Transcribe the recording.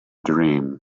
dream